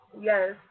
Yes